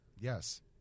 Yes